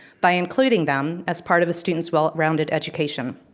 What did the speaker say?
by including them as part of a student's well rounded education.